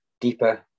deeper